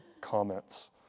comments